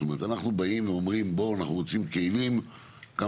זאת אומרת אנחנו באים ואומרים שאנחנו רוצים כלים כמה